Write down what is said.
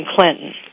Clinton